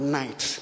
night